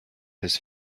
his